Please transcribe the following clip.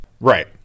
right